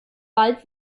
bald